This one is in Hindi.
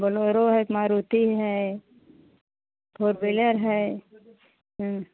बोलेरो है कि मारुति है फ़ोर व्हीलर है